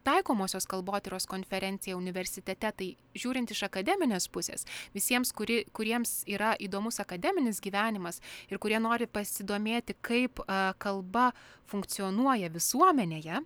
taikomosios kalbotyros konferencija universitete tai žiūrint iš akademinės pusės visiems kuri kuriems yra įdomus akademinis gyvenimas ir kurie nori pasidomėti kaip kalba funkcionuoja visuomenėje